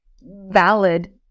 valid